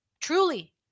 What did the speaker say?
Truly